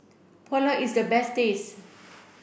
Pulao is the best tasty